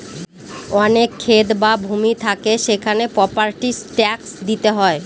অনেক ক্ষেত বা ভূমি থাকে সেখানে প্রপার্টি ট্যাক্স দিতে হয়